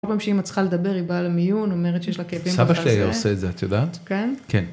כל פעם שאימא צריכה לדבר, היא באה למיון, אומרת שיש לה כאבים, סבא שלי היה עושה את זה, את יודעת? כן? כן.